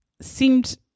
seemed